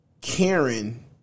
Karen